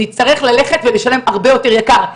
נצטרך ללכת ולשלם הרבה יותר יקר,